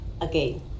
again